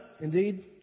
indeed